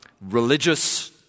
religious